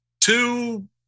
two